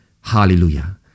Hallelujah